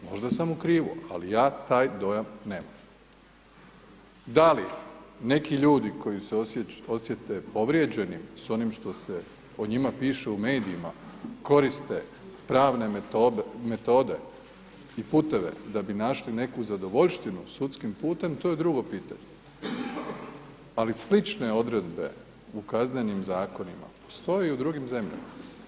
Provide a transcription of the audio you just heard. Možda sam u krivu, ali ja taj dojam nemam Da li neki ljudi koji se osjete povrijeđeni s onim što se o njima piše u medijima koriste pravne metode i puteve da bi našli neku zadovoljštinu sudskim putem, to je drugo pitanje ali slične odredbe u kaznenim zakonima, stoje i u drugim zemljama.